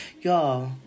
Y'all